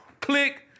Click